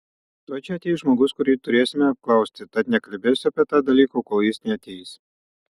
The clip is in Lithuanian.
tuoj čia ateis žmogus kurį turėsime apklausti tad nekalbėsiu apie tą dalyką kol jis neateis